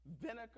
vinegar